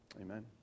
Amen